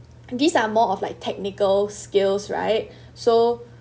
these are more of like technical skills right so